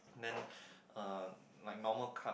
then uh like normal car